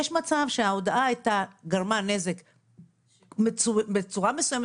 יש מצב שההודעה גרמה נזק בצורה מסוימת